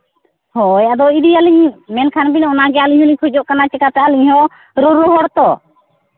ᱦᱳᱭ ᱟᱫᱚ ᱤᱫᱤᱭᱟᱞᱤᱧ ᱢᱮᱱᱠᱷᱟᱱ ᱵᱤᱱ ᱚᱱᱟᱜᱮ ᱟᱹᱞᱤᱧ ᱦᱚᱸᱞᱤᱧ ᱠᱷᱚᱡᱚᱜ ᱠᱟᱱᱟ ᱪᱤᱠᱟᱛᱮ ᱟᱹᱞᱤᱧ ᱦᱚᱸ ᱨᱩ ᱨᱩ ᱦᱚᱲ ᱛᱚ